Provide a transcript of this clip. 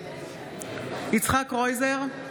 יצחק קרויזר,